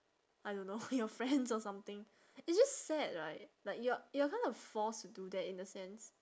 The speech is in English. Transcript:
I don't know your friends or something it's just sad right like you are you are kind of forced to do that in a sense